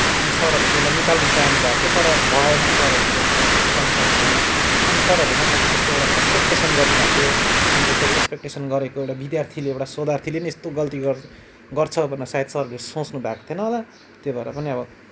अनि सरहरूले त्यसलाई निकाल्न चाहनु भएको थियो तर भएन सरहरूले मलाई त्यो निकाल्न सक्नुभएन अनि सरहरूले ममाथि त्यो एउटा एक्सपेक्टेसन गर्नुभएको थियो अनि यसरी एक्सपेक्टेसन गरेको एउटा विद्यार्थीले एउटा शोधार्थीले पनि यस्तो गल्ती गर्छ भनेर शायद सरले सोच्नुभएको थिएन होला त्यही भएर पनि अब